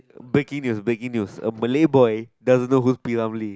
breaking news breaking news a Malay boy doesn't know who is P-Ramlee